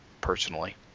personally